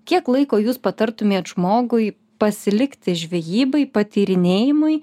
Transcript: kiek laiko jūs patartumėt žmogui pasilikti žvejybai patyrinėjimui